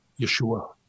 Yeshua